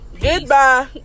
Goodbye